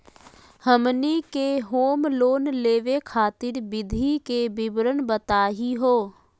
हमनी के home loan लेवे खातीर विधि के विवरण बताही हो?